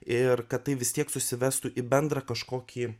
ir kad tai vis tiek susivestų į bendrą kažkokį